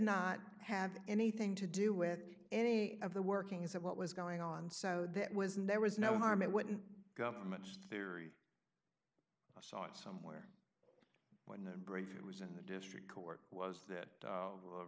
not have anything to do with any of the workings of what was going on so that wasn't there was no harm it wouldn't government's theory i saw it somewhere when the break it was in the district court was that a